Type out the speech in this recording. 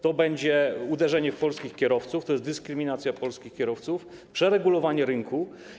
To będzie uderzenie w polskich kierowców, to jest dyskryminacja polskich kierowców, przeregulowanie rynku.